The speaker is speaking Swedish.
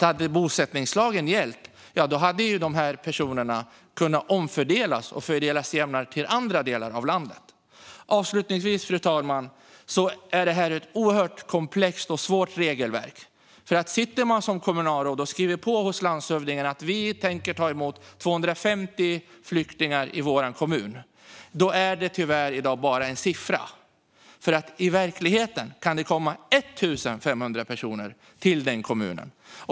Hade bosättningslagen gällt de här personerna hade de kunnat omfördelas till andra delar av landet och fördelas jämnare. Fru talman! Det här är ett oerhört komplext och svårt regelverk. Sitter man som kommunalråd och skriver på hos landshövdingen om att man tänker ta emot 250 flyktingar i sin kommun är det tyvärr i dag bara en siffra. I verkligheten kan det komma 1 500 personer till den kommunen.